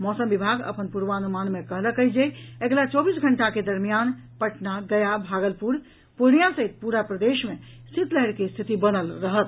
मौसम विभाग अपन पूर्वानुमान मे कहलनि अछि जे अगिला चौबीस घंटा के दरमियान पटना गया भागलपुर पूर्णियां सहित पूरा प्रदेश मे शीतलहरि के स्थिति बनल रहत